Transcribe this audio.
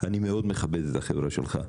אני מאוד מכבד את החברה שלך.